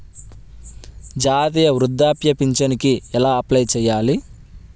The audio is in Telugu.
జాతీయ వృద్ధాప్య పింఛనుకి ఎలా అప్లై చేయాలి?